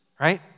right